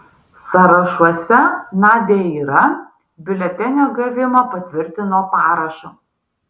sąrašuose nadia yra biuletenio gavimą patvirtino parašu